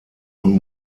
und